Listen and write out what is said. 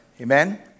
amen